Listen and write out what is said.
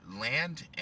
land